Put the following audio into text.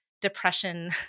depression